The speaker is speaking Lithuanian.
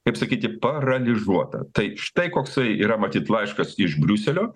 kaip sakyti paraližuota tai štai koksai yra matyt laiškas iš briuselio